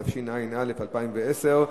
התשע"א 2010,